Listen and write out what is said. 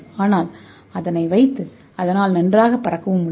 ஆனால் இன்னும் அதை நிர்வகிக்கவும் பறக்கவும் முடியும்